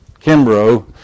Kimbrough